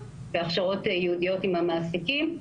בהכשרות ייעודיות עם המעסיקים.